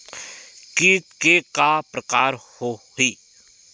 कीट के का का प्रकार हो होही?